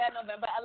November